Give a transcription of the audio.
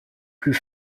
plus